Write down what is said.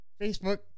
Facebook